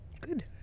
good